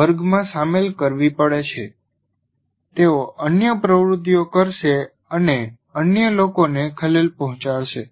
વર્ગમાં સામેલ કરવી પડે છે તેઓ અન્ય પ્રવૃત્તિઓ કરશે અને અન્ય લોકોને ખલેલ પહોંચાડશે